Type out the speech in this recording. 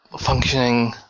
functioning